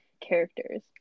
characters